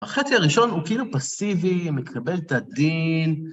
החטא הראשון הוא כאילו פסיבי, מקבל את הדין.